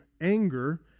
anger